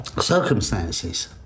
circumstances